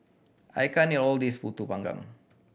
I can't eat all of this Pulut Panggang